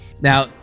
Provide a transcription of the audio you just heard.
Now